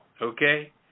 Okay